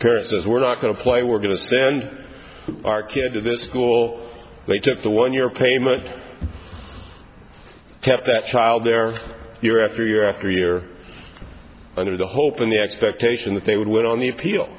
parents as we're not going to play we're going to stand our kid to this school they took the one year payment kept that child there year after year after year under the hope and the expectation that they would win on the appeal